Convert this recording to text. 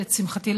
לשמחתי,